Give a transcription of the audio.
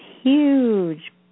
huge